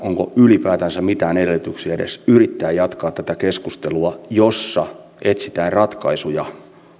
onko ylipäätänsä mitään edellytyksiä edes yrittää jatkaa tätä keskustelua jossa etsitään ratkaisuja muun